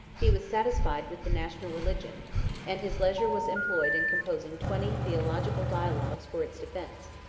he was satisfied with the national religion and his leisure was employed in composing twenty theological dialogues for its defence.